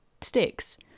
sticks